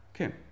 okay